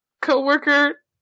co-worker